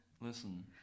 Listen